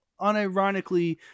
unironically